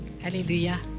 Hallelujah